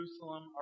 Jerusalem